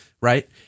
right